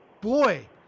boy